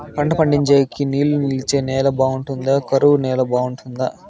పంట పండించేకి నీళ్లు నిలిచే నేల బాగుంటుందా? కరువు నేల బాగుంటుందా?